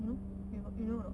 you know you know or not